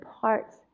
parts